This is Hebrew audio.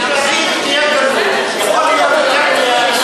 שתהיה, תהיה גלוי ותגיד,